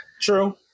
True